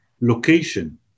location